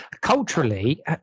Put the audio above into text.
Culturally